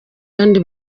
kandi